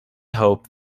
hope